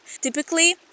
Typically